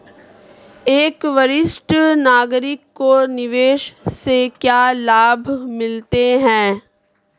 एक वरिष्ठ नागरिक को निवेश से क्या लाभ मिलते हैं?